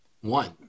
One